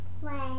Play